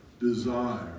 desire